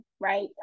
right